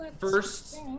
first